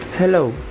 Hello